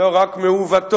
לא רק מעוותות,